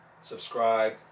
subscribe